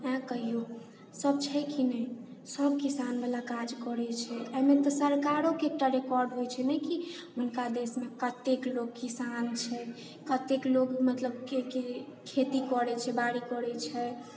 कहियो सब छै की ने सब किसानबाला काज करैत छै एहिमे तऽ सरकारोके एकटा रिकॉर्ड होइत छै नहि कि हुनका देशमे कतेक लोक किसान छै कतेक लोक मतलबके के खेती करैत छै बारी करैत छै